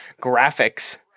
graphics